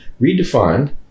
redefined